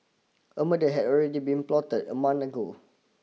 a murder had already been plotted a month ago